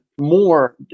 more